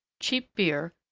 cheap beer,